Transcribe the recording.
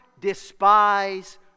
despise